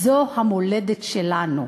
זו המולדת שלנו.